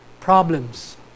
problems